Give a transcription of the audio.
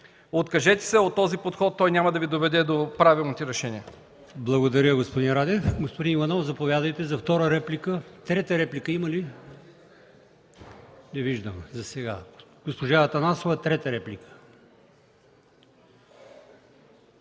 Откажете се от този подход, той няма да Ви доведе до правилните решения!